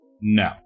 No